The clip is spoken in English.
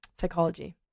psychology